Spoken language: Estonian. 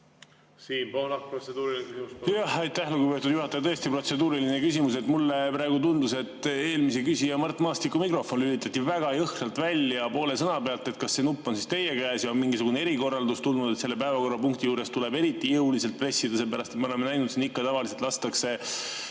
Siim Pohlak, protseduuriline küsimus,